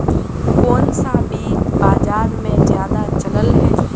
कोन सा बीज बाजार में ज्यादा चलल है?